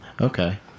okay